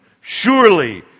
Surely